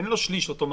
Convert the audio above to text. אין לו שליש אוטומטי.